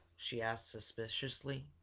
she asked suspiciously.